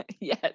yes